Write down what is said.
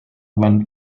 went